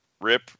rip